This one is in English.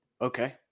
Okay